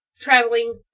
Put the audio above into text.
traveling